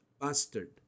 bastard